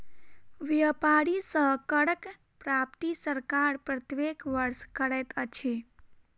व्यापारी सॅ करक प्राप्ति सरकार प्रत्येक वर्ष करैत अछि